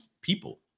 people